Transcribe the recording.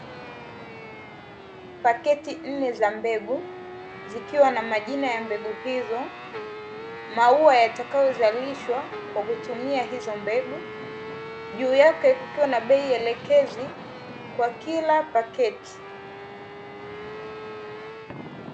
Paketi nne za mbegu zikiwa na majina ya mbegu hizo, maua yatakayo zalishwa kwa kutumia hizo mbegu, juu yake kukiwa na bei elekezi kwa kila paketi.